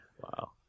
Wow